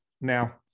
Now